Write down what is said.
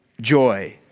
joy